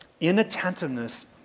Inattentiveness